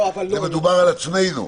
מדובר על עצמנו,